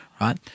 right